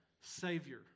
Savior